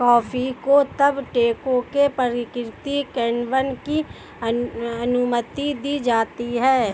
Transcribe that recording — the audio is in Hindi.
कॉफी को तब टैंकों प्राकृतिक किण्वन की अनुमति दी जाती है